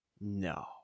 No